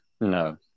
No